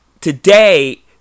today